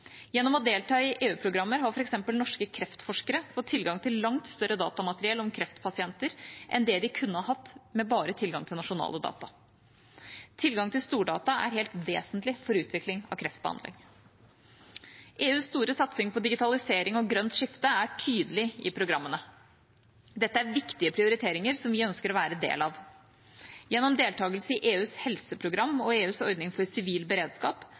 Gjennom å delta i EU-programmer har f.eks. norske kreftforskere fått tilgang til langt større datamateriell om kreftpasienter enn det de kunne hatt med bare tilgang til nasjonale data. Tilgang til stordata er helt vesentlig for utvikling av kreftbehandling. EUs store satsing på digitalisering og grønt skifte er tydelig i programmene. Dette er viktige prioriteringer som vi ønsker å være en del av. Gjennom deltakelse i EUs helseprogram og EUs ordning for sivil beredskap